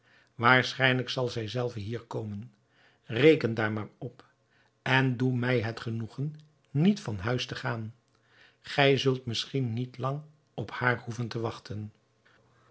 waarschijnlijk zal zij zelve hier komen reken daar maar op en doe mij het genoegen niet van huis te gaan gij zult misschien niet lang op haar behoeven te wachten